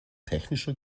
technischer